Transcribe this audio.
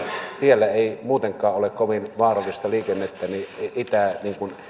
tiellä ei muutenkaan ole kovin vaarallista liikennettä niin ei tämä